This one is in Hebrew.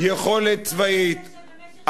יכולת צבאית,